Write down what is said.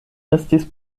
estis